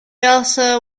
also